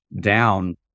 down